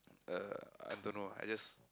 uh I don't know I just